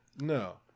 No